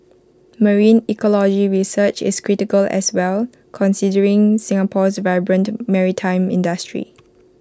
marine ecology research is critical as well considering Singapore's vibrant maritime industry